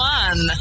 one